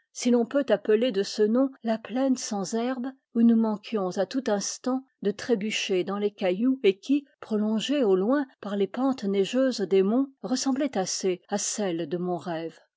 si l'on peut appeler de ce nom la plaine sans herbe où nous manquions à tout instant de trébucher dans les cailloux et qui prolongée au loin par les pentes neigeuses des monts ressemblait assez à celle de mon rêve